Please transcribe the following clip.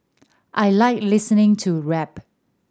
I like listening to rap